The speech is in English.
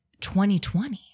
2020